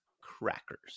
crackers